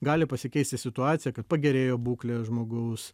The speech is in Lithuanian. gali pasikeisti situacija kad pagerėjo būklė žmogaus